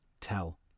tell